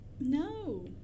No